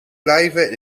blijven